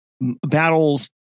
battles